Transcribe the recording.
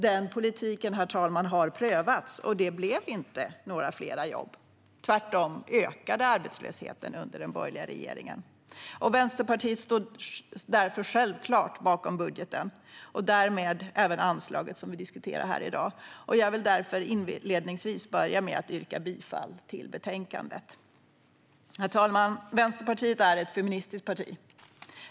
Den politiken har prövats, herr talman, och det blev inte några fler jobb. Tvärtom ökade arbetslösheten under den borgerliga regeringen. Vänsterpartiet står därför självklart bakom budgeten och därmed även anslaget vi diskuterar i dag. Jag vill därför inledningsvis yrka bifall till förslaget. Herr talman! Vänsterpartiet är ett feministiskt parti.